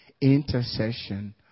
intercession